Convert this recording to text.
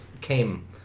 came